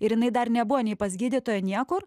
ir jinai dar nebuvo nei pas gydytoją niekur